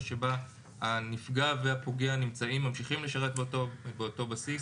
שבה הנפגע והפוגע ממשיכים לשרת באותו בסיס,